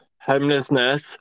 homelessness